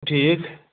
ٹھیٖک